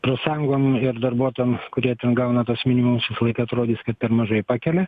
profsąjungom ir darbuotojam kurie ten gauna tuos minimumus visą laiką atrodys kad per mažai pakelia